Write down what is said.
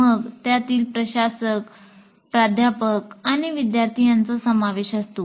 मग त्यातील प्रशासक प्राध्यापक आणि विद्यार्थी यांचा समावेश असतो